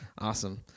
Awesome